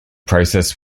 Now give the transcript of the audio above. process